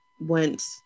went